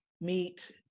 meet